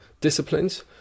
disciplines